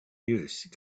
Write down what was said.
use